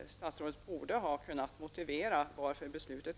Statsrådet borde ha kunnat motivera beslutet.